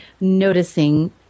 noticing